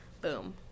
boom